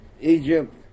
Egypt